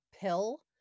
pill